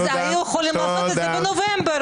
אז היו יכולים לעשות את זה בנובמבר,